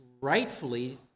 rightfully